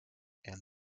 and